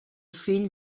fill